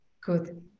Good